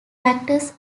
factors